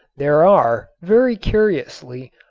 there are, very curiously,